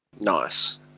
Nice